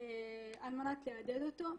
על מנת לעודד אותו.